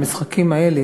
למשחקים האלה.